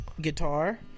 guitar